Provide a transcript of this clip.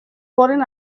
foren